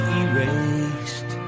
erased